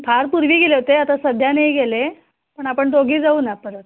फार पूर्वी गेले होते आता सध्या नाही गेले पण आपण दोघी जाऊ ना परत